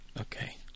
Okay